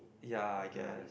ya I guess